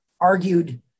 argued